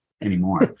anymore